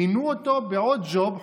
מינו אותו לעוד ג'וב,